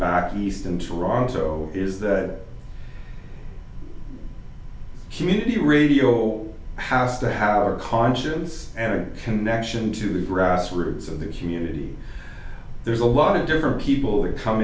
back east in toronto is that community radio have to have a conscience and a connection to the grassroots of this community there's a lot of different people that come